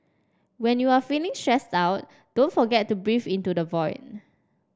when you are feeling stressed out don't forget to breathe into the void